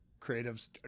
creatives